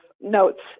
notes